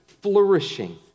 flourishing